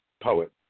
poet